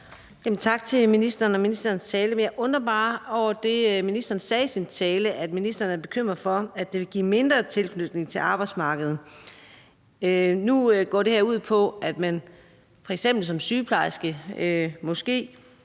Tak til ministeren for ministerens tale. Jeg undrer mig bare over det, ministeren sagde i sin tale, nemlig at ministeren er bekymret for, at det vil give mindre tilknytning til arbejdsmarkedet. Nu går det her ud på, at man f.eks. som sygeplejerske – det